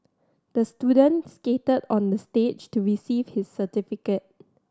the student skated on the stage to receive his certificate